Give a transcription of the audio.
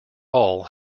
all